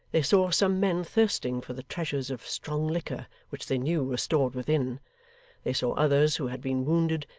they saw some men thirsting for the treasures of strong liquor which they knew were stored within they saw others, who had been wounded,